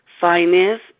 finance